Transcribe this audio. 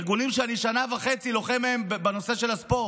ארגונים שאני שנה וחצי לוחם בהם בנושא של הספורט,